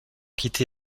quitté